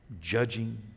judging